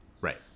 right